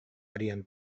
арыйан